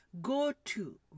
go-to